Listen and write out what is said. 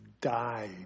died